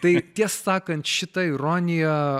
tai tiesą sakant šita ironija